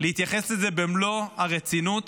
להתייחס לזה במלוא הרצינות.